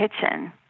kitchen